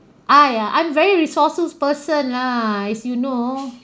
ah ya I'm very resources person lah as you know